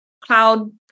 cloud